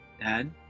Dad